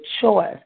choice